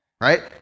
right